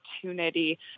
opportunity